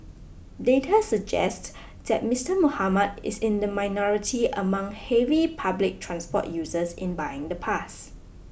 data suggest that Mister Muhammad is in the minority among heavy public transport users in buying the pass